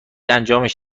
انجامش